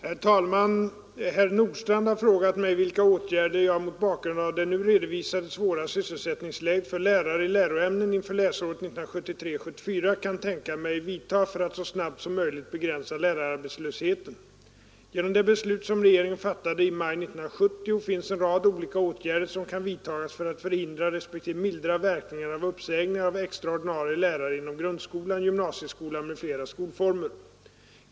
Herr talman! Herr Nordstrandh har frågat mig, vilka åtgärder jag mot bakgrunden av det nu redovisade svåra sysselsättningsläget för lärare ret 1973/74 — kan tänka mig vidta för att så snabbt som möjligt begränsa lärararbetslösheten. Genom det beslut som regeringen fattade i maj 1970 finns en rad olika åtgärder som kan vidtagas för att förhindra respektive mildra verkningarna av uppsägningar av extra ordinarie lärare inom grundskolan, gymnasieskolan m.fl. skolformer.